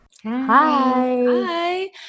Hi